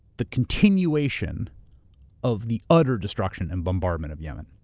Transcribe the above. the continuation of the utter destruction and bombardment of yemen.